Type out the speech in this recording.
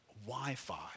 Wi-Fi